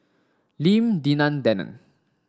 Lim Denan Denon